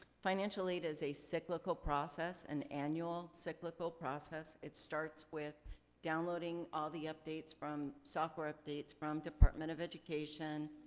financial aid is a cyclical process, an annual cyclical process. it starts with downloading all the updates from, software updates from department of education,